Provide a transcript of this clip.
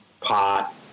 Pot